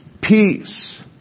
Peace